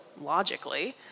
logically